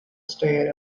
state